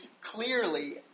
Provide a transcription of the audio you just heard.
clearly